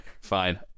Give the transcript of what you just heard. Fine